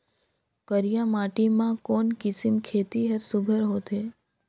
करिया माटी मा कोन किसम खेती हर सुघ्घर होथे?